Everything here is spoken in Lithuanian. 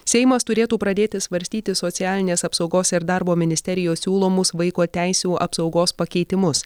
seimas turėtų pradėti svarstyti socialinės apsaugos ir darbo ministerijos siūlomus vaiko teisių apsaugos pakeitimus